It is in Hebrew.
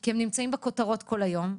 כי הם נמצאים בכותרות כל היום.